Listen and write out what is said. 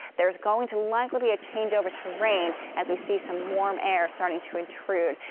there's going to likely be a changeover to rain as we see some warm air starting to intrude.